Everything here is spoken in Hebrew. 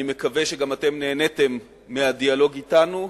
אני מקווה שגם אתם נהניתם מהדיאלוג אתנו.